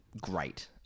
great